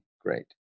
great